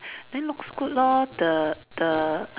then looks good lor the the